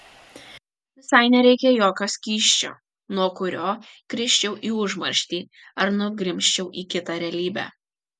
visai nereikia jokio skysčio nuo kurio krisčiau į užmarštį ar nugrimzčiau į kitą realybę